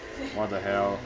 what the hell